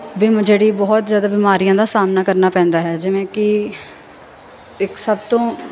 Vim ਜਿਹੜੀ ਬਹੁਤ ਜ਼ਿਆਦਾ ਬਿਮਾਰੀਆਂ ਦਾ ਸਾਹਮਣਾ ਕਰਨਾ ਪੈਂਦਾ ਹੈ ਜਿਵੇਂ ਕਿ ਇੱਕ ਸਭ ਤੋਂ